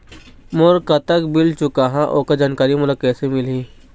मोर कतक बिल चुकाहां ओकर जानकारी मोला कैसे मिलही?